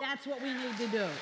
that's what